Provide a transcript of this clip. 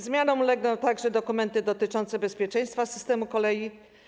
Zmianom ulegną także dokumenty dotyczące bezpieczeństwa systemu kolei.